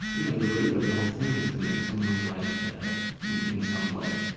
you know, the root of the whole thing is to make someone's life better in some way.